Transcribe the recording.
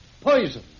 Poison